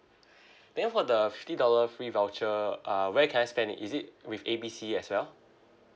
then for the fifty dollar free voucher uh where can I spend it is it with A B C as well